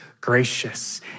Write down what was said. gracious